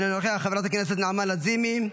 אינו נוכח, חברת הכנסת נעמה לזימי,